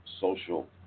social